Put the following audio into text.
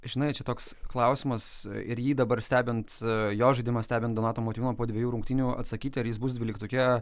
žinai čia toks klausimas ir jį dabar stebint jo žaidimą stebint donato motiejūno po dvejų rungtynių atsakyti ar jis bus dvyliktuke